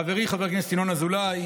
חברי חבר הכנסת ינון אזולאי,